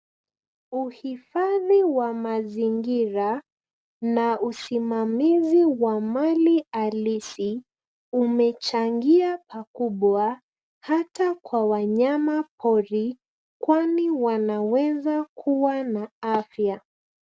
Uhifadhi wa mazingira na usimamizi wa mali halisi umechangia pakubwa hata kwa wanyamapori kwani wanaweza kuwa na afya.